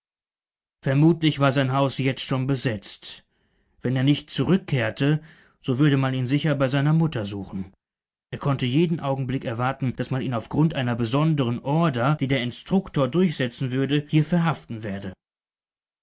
vermutlich war sein haus jetzt schon besetzt wenn er nicht zurückkehrte so würde man ihn sicher bei seiner mutter suchen er konnte jeden augenblick erwarten daß man ihn auf grund einer besonderen order die der instruktor durchsetzen würde hier verhaften werde